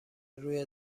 روی